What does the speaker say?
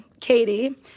Katie